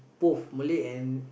both Malay and